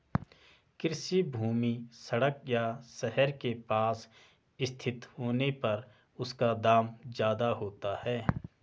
कृषि भूमि सड़क या शहर के पास स्थित होने पर उसका दाम ज्यादा होता है